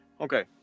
Okay